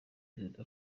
perezida